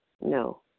No